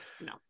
No